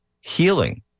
healing